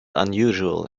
unusual